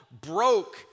broke